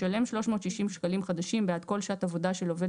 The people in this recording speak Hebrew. ישלם 360 שקלים חדשים בעד כל שעת עבודה של עובד